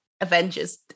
Avengers